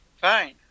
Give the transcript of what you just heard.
Fine